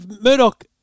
Murdoch